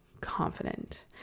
confident